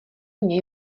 něj